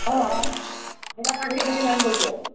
ହଁ ହଁ ସେଇଟା କେତେ ଲାଖାଁଏ ଆଣି ଦେଉଛ